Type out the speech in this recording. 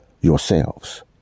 yourselves